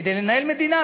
כדי לנהל מדינה.